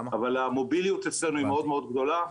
אבל המוביליות אצלנו מאוד גדולה,